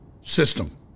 system